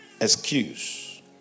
excuse